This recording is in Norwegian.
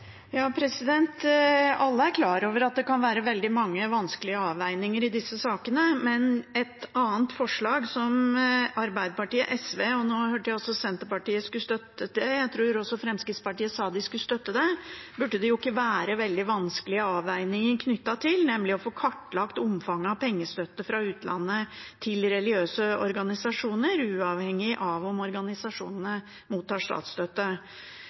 Alle er klar over at det kan være veldig mange vanskelige avveininger i disse sakene. Men et annet forslag fra Arbeiderpartiet og SV – nå hørte jeg at også Senterpartiet skulle støtte det, jeg tror også Fremskrittspartiet sa de skulle støtte det – burde det jo ikke være veldig vanskelige avveininger knyttet til, nemlig å få kartlagt omfanget av pengestøtte fra utlandet til religiøse organisasjoner, uavhengig av om organisasjonene mottar statsstøtte.